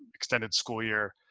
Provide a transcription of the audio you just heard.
extended school year.